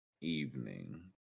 evening